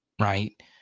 right